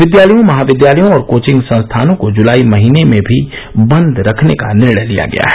विद्यालयों महाविद्यालयों और कोचिंग संस्थानों को जुलाई महीने में भी बंद रखने का निर्णय लिया गया है